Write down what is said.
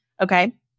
Okay